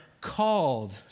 called